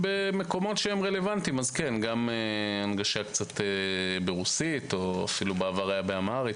במקומות שהם רלוונטיים גם הנגשה קצת ברוסית ואפילו באמהרית.